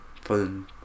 fun